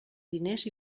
diners